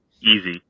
easy